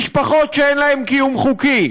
משפחות שאין להן קיום חוקי.